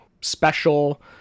special